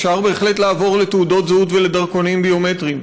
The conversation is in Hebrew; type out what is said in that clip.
אפשר בהחלט לעבור לתעודות זהות ולדרכונים ביומטריים.